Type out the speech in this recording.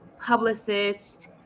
publicist